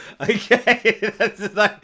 okay